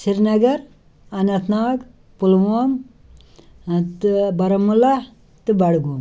Srinagar Anantnag Pulwama تہٕ بارہمُلہ تہٕ بَڈگوم